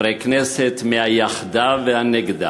חברי כנסת מהיחדה והנגדה,